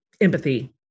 empathy